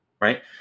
right